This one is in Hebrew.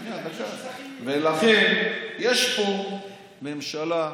לכן יש פה ממשלה,